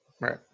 Right